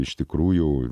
iš tikrųjų